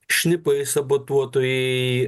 šnipai sabotuotojai